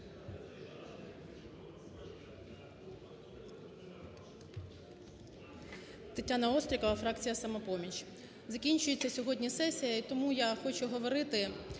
ТетянаОстрікова, фракція "Самопоміч". Закінчується сьогодні сесія, і тому я хочу говорити,